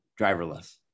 driverless